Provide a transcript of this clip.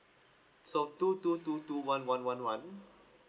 so wto two two two one one one one